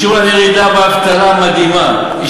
השאירו להם ירידה מדהימה באבטלה,